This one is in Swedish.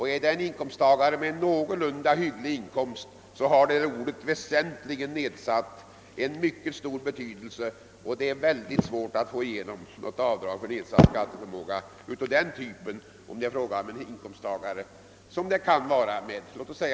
För en inkomsttagare med någorlunda hygglig inkomst har orden » väsentligt nedsatt» mycket stor betydelse därför att det är svårt för honom att få sådant avdrag.